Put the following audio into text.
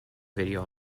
video